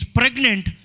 pregnant